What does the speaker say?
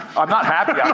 i'm not happy,